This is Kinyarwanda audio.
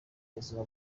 ubuzima